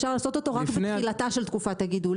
אפשר לעשות אותו רק בתחילתה של תקופת הגידול,